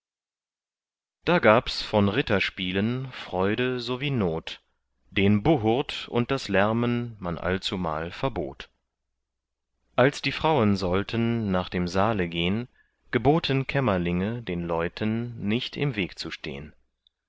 da gabs von ritterspielen freude so wie not den buhurd und das lärmen man allzumal verbot als die frauen sollten nach dem saale gehn geboten kämmerlinge den leuten nicht im weg zu stehn